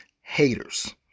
haters